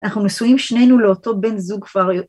‫אנחנו נשואים שנינו לאותו בן זוג כבר